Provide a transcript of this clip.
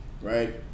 Right